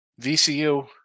VCU